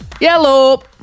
Yellow